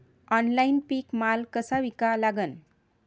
Online पीक माल कसा विका लागन?